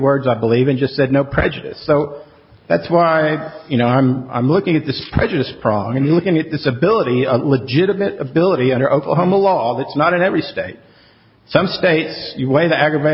words i believe in just that no prejudice so that's why you know i'm i'm looking at this prejudice prong and looking at disability a legitimate ability under oklahoma law that's not in every state some states you weigh the aggravat